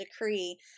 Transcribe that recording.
decree